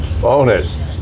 Bonus